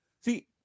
See